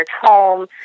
home